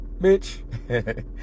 Bitch